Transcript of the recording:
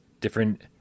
different